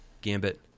Gambit